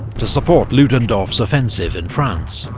to support ludendorff's offensive in france.